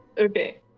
Okay